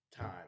Time